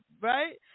right